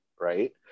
right